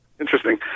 interesting